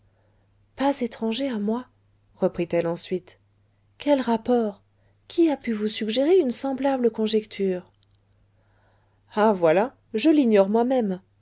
pas étranger à moi reprit-elle ensuite quel rapport qui a pu vous suggérer une semblable conjecture ah voilà je l'ignore moi-même